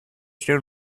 still